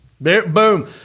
Boom